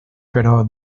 però